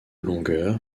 longueur